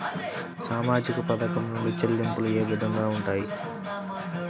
సామాజిక పథకం నుండి చెల్లింపులు ఏ విధంగా ఉంటాయి?